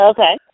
Okay